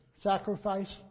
sacrifice